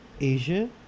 Asia